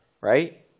right